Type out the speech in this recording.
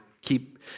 keep